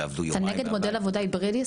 תעבדו יומיים מהבית --- אתה נגד מודל עבודה היברידי?